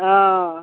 ହଁ